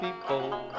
people